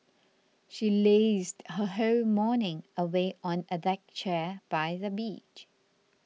she lazed her whole morning away on a deck chair by the beach